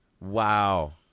Wow